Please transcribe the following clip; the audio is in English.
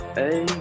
hey